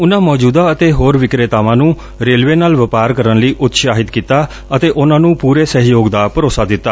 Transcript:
ਉਨਾਂ ਮੌਜੁਦਾ ਅਤੇ ਹੋਰ ਵਿਕਰੇਤਾਵਾਂ ਨੂੰ ਰੇਲਵੇ ਨਾਲ ਵਪਾਰ ਕਰਨ ਲਈ ਉਤਸ਼ਾਹਿਤ ਕੀਤਾ ਅਤੇ ਉਨ੍ਹਾਂ ਨੂੰ ਪੂਰੇ ਸਹਿਯੋਗ ਦਾ ਭਰੋਸਾ ਦਿੱਤਾ